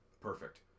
Perfect